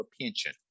pension